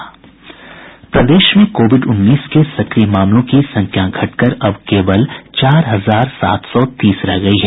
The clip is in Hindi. प्रदेश में कोविड उन्नीस के सक्रिय मामलों की संख्या घटकर अब केवल चार हजार सात सौ तीस रह गयी है